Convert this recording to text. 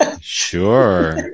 Sure